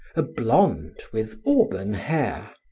a blonde with auburn hair,